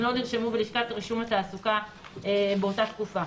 לא נרשמו בלשכת רישום התעסוקה באותה תקופה.